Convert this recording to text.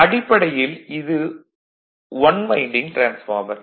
அடிப்படையில் இது 1 winding transformer